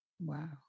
Wow